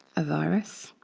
a virus.